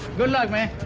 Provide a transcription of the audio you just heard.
good luck, man.